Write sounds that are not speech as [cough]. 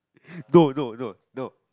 [breath] no no no no